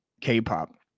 K-pop